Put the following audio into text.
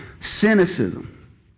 Cynicism